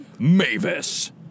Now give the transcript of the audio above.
Mavis